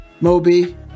Moby